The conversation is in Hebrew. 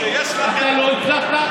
אתה לא הצלחת,